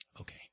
Okay